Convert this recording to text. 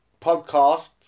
podcast